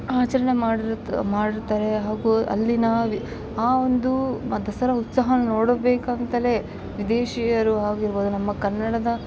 ಆಚರಣೆ ಮಾಡಿರ್ತ ಮಾಡಿರ್ತಾರೆ ಹಾಗು ಅಲ್ಲಿನ ಆ ಒಂದು ಆ ದಸರಾ ಉತ್ಸವನ ನೋಡೋಕೆ ಬೇಕಂತಲೆ ವಿದೇಶಿಯರು ಆಗಿರ್ಬೌದು ನಮ್ಮ ಕನ್ನಡದ